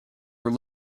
were